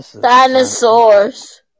Dinosaurs